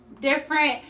different